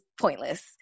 pointless